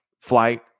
flight